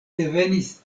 devenis